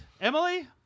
Emily